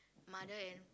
mother and